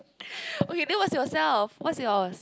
okay then what's yourself what's yours